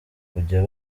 kujya